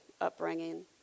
upbringing